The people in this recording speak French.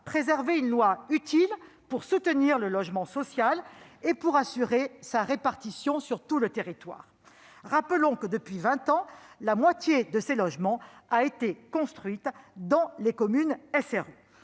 préserver une loi utile pour soutenir le logement social et assurer sa répartition sur le territoire. Rappelons que, depuis vingt ans, la moitié de ces logements ont été construits dans les communes SRU.